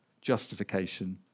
justification